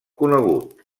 conegut